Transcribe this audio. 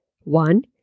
One